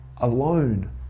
alone